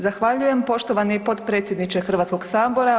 Zahvaljujem poštovani potpredsjedniče Hrvatskog sabora.